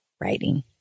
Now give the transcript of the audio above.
writing